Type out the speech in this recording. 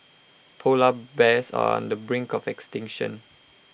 Polar Bears are on the brink of extinction